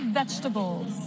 vegetables